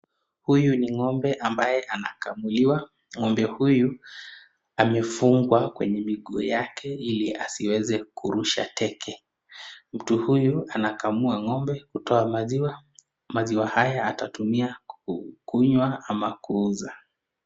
Huyu ni ngombe ambayo anakamuliwa, ngombe huyu amefungwa kwenye miguu yake ili asiweze kurusha teke. Mtu huyu anakamua ngombe kutoa maziwa, maziwa haya atatumia kukunywa ama kuuza.